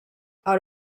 out